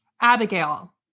Abigail